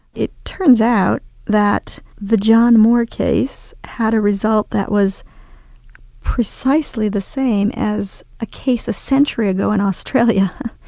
it turns out that the john moore case had a result that was precisely the same as a case a century ago in australia.